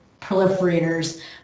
proliferators